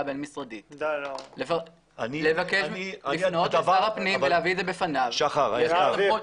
הבין-משרדית ולהביא את זה בפני שר הפנים.